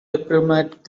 diplomat